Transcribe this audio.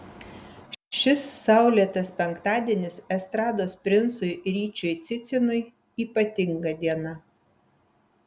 šis saulėtas penktadienis estrados princui ryčiui cicinui ypatinga diena